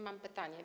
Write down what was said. Mam pytanie.